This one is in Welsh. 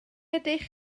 ydych